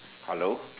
hello